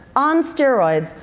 on steroids,